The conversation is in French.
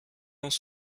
dans